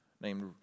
named